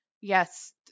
Yes